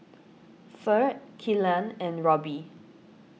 Ferd Killian and Roby